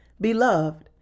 Beloved